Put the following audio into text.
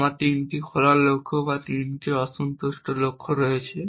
আমার তিনটি খোলা লক্ষ্য বা তিনটি অসন্তুষ্ট লক্ষ্য রয়েছে